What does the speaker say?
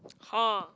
[huh]